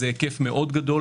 זה היקף גדול מאוד,